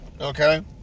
okay